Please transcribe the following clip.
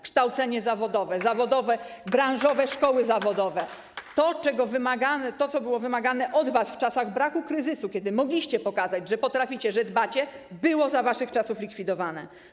Kształcenie zawodowe, branżowe szkoły zawodowe - to, co było wymagane od was w czasach braku kryzysu, kiedy mogliście pokazać, że potraficie, że dbacie, było za waszych czasów likwidowane.